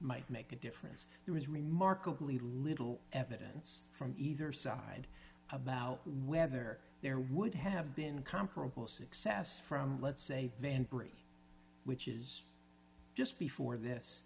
might make a difference there is remarkably little evidence from either side about whether there would have been comparable success from let's say van bree which is just before this